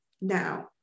Now